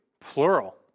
plural